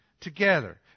together